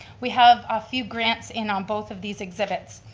we have a few grants in on both of these exhibits.